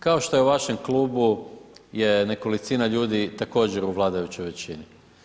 Kao što je u vašem klubu nekolicina ljudi također u vladajućoj većini.